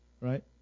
right